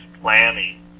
planning